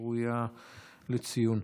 ראויה לציון.